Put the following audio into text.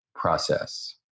process